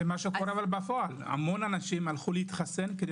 זה מה שקורה בפועל המון אנשים הלכו להתחסן כדי